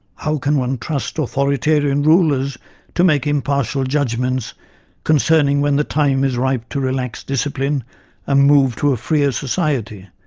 how can one trust authoritarian rulers to make impartial judgements concerning when the time is ripe to relax discipline and ah move to a freer society,